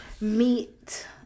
Meat